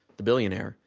the billionaire,